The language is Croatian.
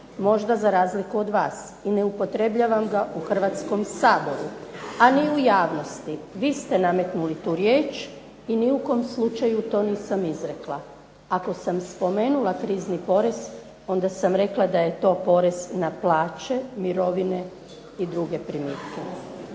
možda za razliku od vas, i ne upotrebljavam ga u Hrvatskom saboru, a ni u javnosti. Vi ste nametnuli tu riječ i ni u kom slučaju to nisam izrekla. Ako sam spomenula krizni porez onda sam rekla da je to porez na plaće, mirovine i druge primitke.